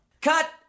Cut